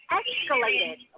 escalated